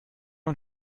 und